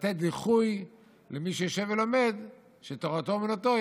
לתת דיחוי למי שיושב ולומד, שתורתו אומנותו.